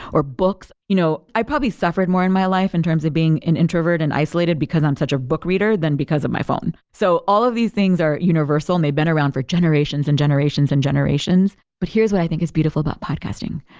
you know i probably suffered more in my life in terms of being an introvert and isolated because i'm such a book reader than because of my phone. so all of these things are universal and they've been around for generations and generations and generations. but here's what i think is beautiful about podcasting.